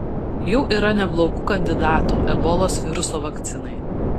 jau yra neblogų kandidatų ebolos viruso vakcinai